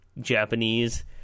Japanese